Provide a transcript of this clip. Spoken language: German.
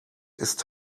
ist